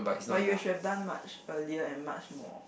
but you should have done much earlier and much more